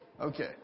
Okay